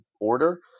order